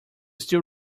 still